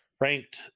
ranked